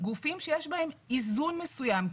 גופים שיש בהם איזון מסוים.